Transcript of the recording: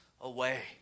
away